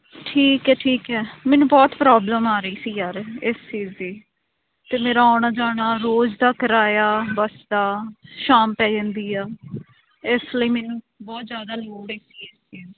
ਠੀਕ ਹੈ ਠੀਕ ਹੈ ਮੈਨੂੰ ਬਹੁਤ ਪ੍ਰੋਬਲਮ ਆ ਰਹੀ ਸੀ ਯਾਰ ਇਸ ਚੀਜ਼ ਦੀ ਅਤੇ ਮੇਰਾ ਆਉਣਾ ਜਾਣਾ ਰੋਜ਼ ਦਾ ਕਰਾਇਆ ਬੱਸ ਦਾ ਸ਼ਾਮ ਪੈ ਜਾਂਦੀ ਆ ਇਸ ਲਈ ਮੈਨੂੰ ਬਹੁਤ ਜ਼ਿਆਦਾ ਲੋੜ ਹੈਗੀ ਹੈ